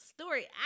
story